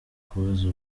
kubaza